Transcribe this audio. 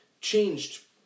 changed